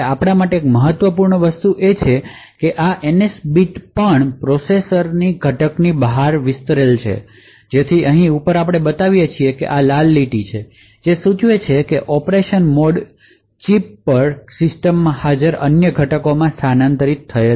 આપણાં માટે એક મહત્વપૂર્ણ વસ્તુ એ છે કે આ એનએસ બીટ પણ આ પ્રોસેસર ઘટકની બહાર વિસ્તરે છે જેથી અહીં ઉપર આપણે બતાવીએ છીએ કે લાલ લીટી સૂચવે છે કે ઑપરેશન મોડપણ ચિપપર સિસ્ટમ માં હાજર અન્ય ઘટકો માં સ્થાનાંતરિત થયેલ છે